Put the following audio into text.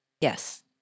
Yes